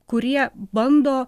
kurie bando